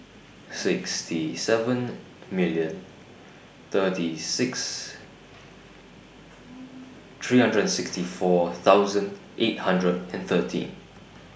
sixty seven million thirty six three hundred and sixty four thousand eight hundred and thirteen